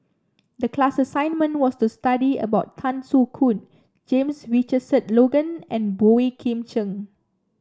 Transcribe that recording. the class assignment was to study about Tan Soo Khoon James Richardson Logan and Boey Kim Cheng